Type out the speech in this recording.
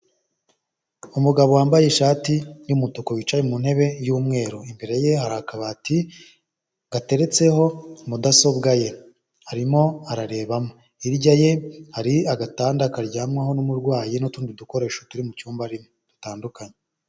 Umugabo wambaye ishati y'umutuku wicaye mu ntebe y'umweru imbere ye hari akabati gateretseho mudasobwa ye, arimo ararebamo hirya ye hari agatanda karyamaho n'umurwayi, n'utundi dukoresho turi mu cyumba dutandukanye.